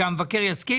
שהמבקר יסכים.